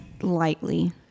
lightly